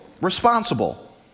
responsible